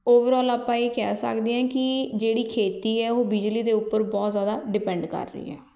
overall ਆਪਾਂ ਇਹ ਕਹਿ ਸਕਦੇ ਹਾਂ ਕਿ ਜਿਹੜੀ ਖੇਤੀ ਹੈ ਉਹ ਬਿਜਲੀ ਦੇ ਉੱਪਰ ਬਹੁਤ ਜ਼ਿਆਦਾ ਡਿਪੈਂਡ ਕਰ ਰਹੀ ਹੈ